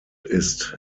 ist